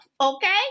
Okay